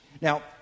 Now